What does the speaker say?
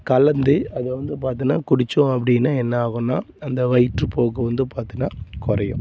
கலந்து அதை வந்து பார்த்தின்னா குடித்தோம் அப்படின்னு என்னாகும்னா அந்த வயிற்றுப்போக்கு வந்து பார்த்தின்னா குறையும்